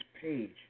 page